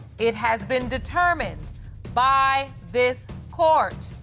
it has been determined by this court.